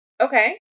Okay